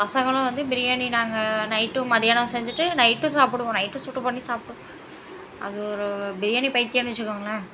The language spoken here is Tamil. பசங்களும் வந்து பிரியாணி நாங்கள் நைட்டும் மத்தியானம் செஞ்சுட்டு நைட்டும் சாப்பிடுவோம் நைட்டு சூடு பண்ணி சாப்பிடுவோம் அது ஒரு பிரியாணி பைத்தியன்னு வச்சுக்கோங்களன்